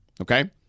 okay